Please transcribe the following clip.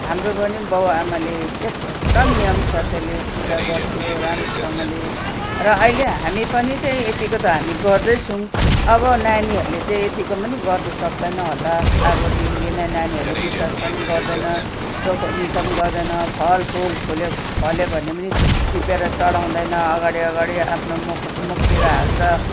हाम्रो पनि बाउ आमाले एकदम नियम सत्यले पूजा गर्थ्यो राम्रोसँगले र अहिले हामी पनि त यतिको त हामी गर्दैछौँ अब नानीहरूले तयतिको पनि गर्न सक्दैन होला अब दिन दिनै नानीहरूले विश्वास पनि गर्दैन चोखोनितो पनि गर्दैन फलफूल फुल्यो फल्यो भने पनि टिपेर चढाउँदैन अघाडि अघाडि आफ्नो मुख मुखतिर हाल्छ